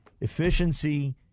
efficiency